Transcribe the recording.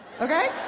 okay